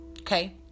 Okay